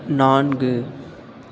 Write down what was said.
நான்கு